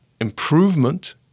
improvement